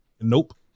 Nope